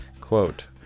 quote